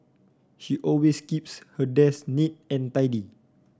she always keeps her desk neat and tidy